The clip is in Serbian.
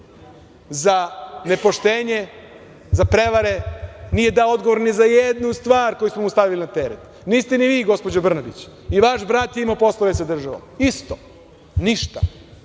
za nepoštenje, za prevare, nije dao odgovor ni za jednu stvar koju su mu stavili na teret. Niste ni vi gospođo Brnabić i vaš braj je imao poslove sa državom isto. Ništa.